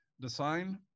design